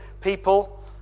people